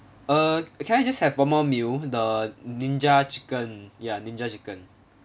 err can I just have one more meal the ninja chicken ya ninja chicken